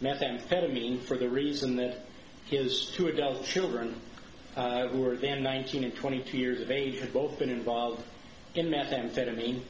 methamphetamine for the reason that his two adult children were then nineteen and twenty two years of age or both been involved in methamphetamine